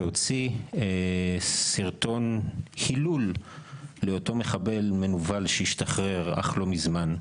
שהוציא סרטון הילול לאותו מחבל מנוול שהשתחרר אך לא מזמן.